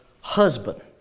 husband